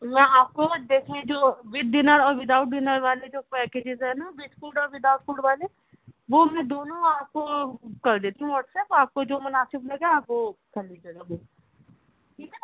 یا آپ کو دیکھیں جو وتھ ڈنر اور ویداؤٹ ڈنر والے جو پیکیجز ہیں نا وتھ فوڈ اور ویداؤٹ فوڈ والے وہ میں دونوں آپ کو کر دیتی ہوں واٹس ایپ آپ کو جو مناسب لگے آپ وہ کر لیجیے گا بک ٹھیک ہے